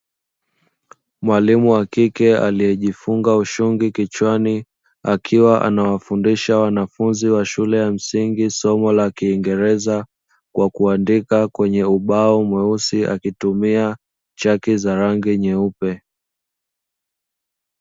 Mwalimu wa kike aliyejifunga ushungi kichwani akiwa anawafundisha wanafunzi wa shule ya msingi somo la kiingereza, kwa kuandika kwenye ubao mweusi akitumia chaki za rangi nyeupe.